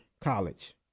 College